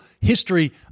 history